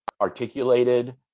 articulated